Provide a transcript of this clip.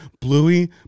bluey